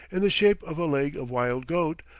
in the shape of a leg of wild goat,